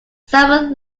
simon